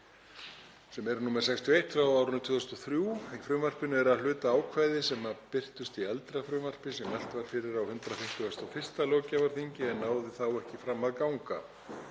nr. 61/2003. Í frumvarpinu eru að hluta ákvæði sem birtust í eldra frumvarpi sem mælt var fyrir á 151. löggjafarþingi en náði þá ekki fram að ganga.